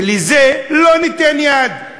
ולזה לא ניתן יד.